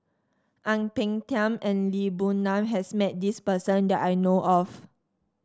Ang Peng Tiam and Lee Boon Ngan has met this person that I know of